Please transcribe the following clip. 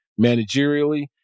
managerially